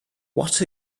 what